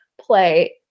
play